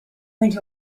went